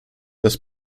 this